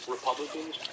Republicans